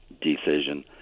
decision